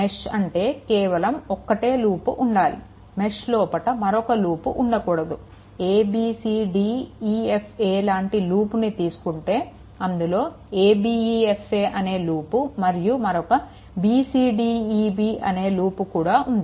mesh అంటే కేవలం ఒక్కటే లూప్ ఉండాలి మెష్ లోపట మరొక లూప్ ఉండకూడదు a b c d e f a లాంటి లూప్ను తీసుకుంటే అందులో a b e f a అనే లూప్ మరియు మరొక b c d e b అనే లూప్కూడా ఉంది